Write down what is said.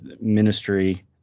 ministry